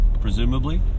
presumably